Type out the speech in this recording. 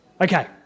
Okay